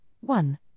one